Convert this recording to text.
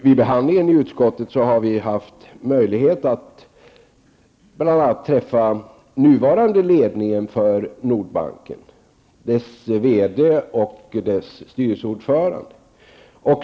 Vid behandlingen i utskottet har vi haft möjlighet att bl.a. träffa den nuvarande ledningen för Nordbanken, dvs. dess verkställande direktör och styrelseordförande.